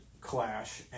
clash